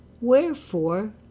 wherefore